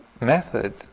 method